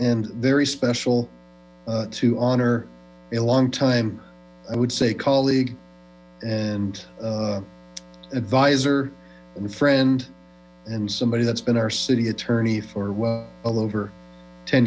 and very special to honor a long time i would say colleague and adviser and friend and somebody that's been our city attorney for well over ten